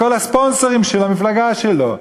לכל הספונסרים של המפלגה שלו,